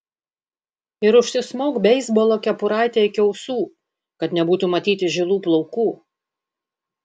ir užsismauk beisbolo kepuraitę iki ausų kad nebūtų matyti žilų plaukų